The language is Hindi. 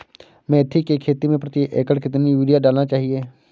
मेथी के खेती में प्रति एकड़ कितनी यूरिया डालना चाहिए?